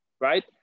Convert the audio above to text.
right